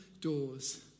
doors